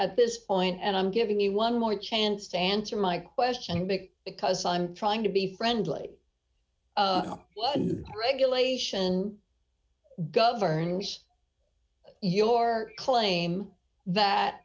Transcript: at this point and i'm giving you one more chance to answer my question because i'm trying to be friendly well a new regulation governs your claim that